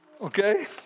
Okay